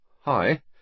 Hi